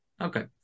Okay